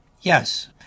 Yes